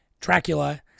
Dracula